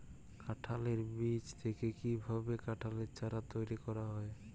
কাঁঠালের বীজ থেকে কীভাবে কাঁঠালের চারা তৈরি করা হয়?